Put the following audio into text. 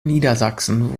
niedersachsen